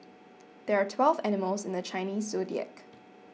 there are twelve animals in the Chinese zodiac